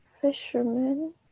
fisherman